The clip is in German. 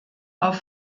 auf